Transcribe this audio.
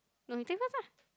no you take first ah